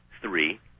Three